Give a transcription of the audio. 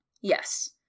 Yes